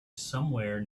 somewhere